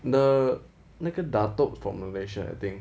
the 那个 dato from malaysia I think